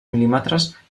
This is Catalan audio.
mil·límetres